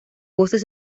voces